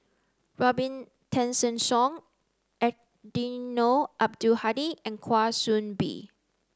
Robin Tessensohn Eddino Abdul Hadi and Kwa Soon Bee